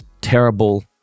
Terrible